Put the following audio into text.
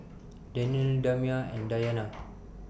Danial Damia and Dayana